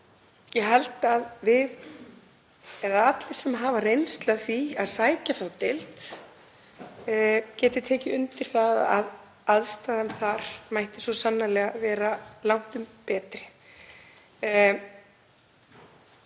Ég held að allir sem hafa reynslu af því að sækja þá deild geti tekið undir það að aðstaðan þar mætti svo sannarlega vera langtum betri.